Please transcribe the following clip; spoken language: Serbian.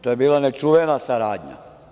To je bila nečuvena saradnja.